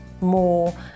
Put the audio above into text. more